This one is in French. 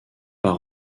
pas